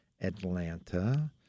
Atlanta